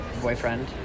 boyfriend